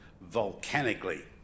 volcanically